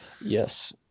yes